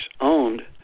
owned